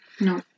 No